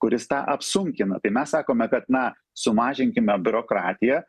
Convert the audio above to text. kuris tą apsunkina tai mes sakome kad na sumažinkime biurokratiją